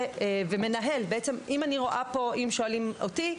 אם שואלים אותי,